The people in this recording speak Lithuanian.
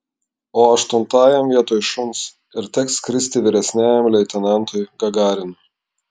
o aštuntajam vietoj šuns ir teks skristi vyresniajam leitenantui gagarinui